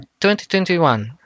2021